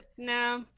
No